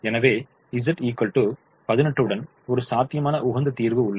எனவே z 18 உடன் ஒரு சாத்தியமான உகந்த தீர்வு உள்ளது